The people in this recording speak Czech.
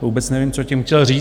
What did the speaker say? Vůbec nevím, co tím chtěl říct.